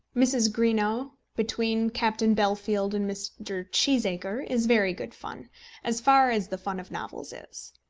mrs. greenow, between captain bellfield and mr. cheeseacre, is very good fun as far as the fun of novels is.